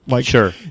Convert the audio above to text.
Sure